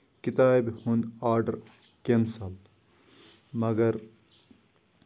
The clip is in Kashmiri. کِتابہِ ہُند آرڈر کینسل مَگر